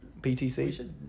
PTC